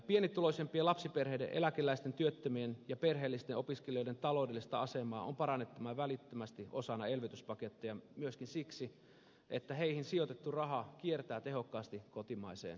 pienituloisempien lapsiperheiden eläkeläisten työttömien ja perheellisten opiskelijoiden taloudellista asemaa on parannettava välittömästi osana elvytyspakettia myöskin siksi että heihin sijoitettu raha kiertää tehokkaasti kotimaiseen kulutukseen